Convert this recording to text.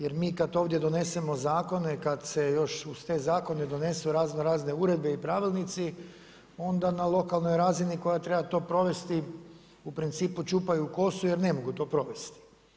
Jer mi kad ovdje donesemo zakone, kad se još uz te zakone donesu razno razni uredbe i pravilnici, onda na lokalnoj razini koja treba to provesti u principu čupaju kosu jer ne mogu to provesti.